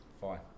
Fine